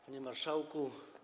Panie Marszałku!